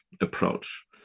approach